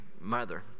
mother